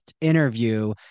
interview